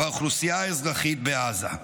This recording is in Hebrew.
באוכלוסייה האזרחית בעזה".